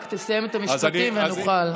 רק תסיים את המשפטים ונוכל.